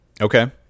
okay